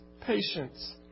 patience